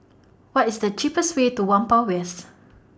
What IS The cheapest Way to Whampoa West